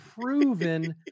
proven